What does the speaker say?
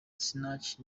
sinach